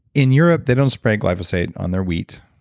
in europe, they don't spray glyphosate on their wheat.